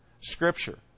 Scripture